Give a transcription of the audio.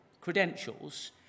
credentials